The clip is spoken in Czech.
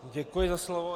Děkuji za slovo.